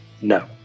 No